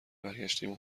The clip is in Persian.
برگشتیم